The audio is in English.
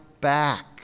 back